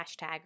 hashtag